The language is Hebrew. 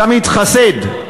אתה מתחסד.